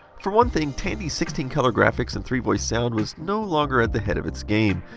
for one thing, tandy's sixteen color graphics and three voice sound was no longer at the head of its game.